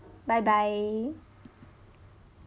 bye bye